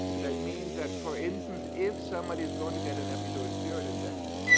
that means that, for instance, if somebody is going to get an epidural steroid injection,